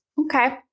Okay